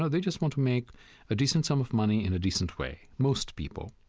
ah they just want to make a decent sum of money in a decent way, most people.